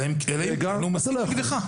אלא אם כן הוא מסית נגדך.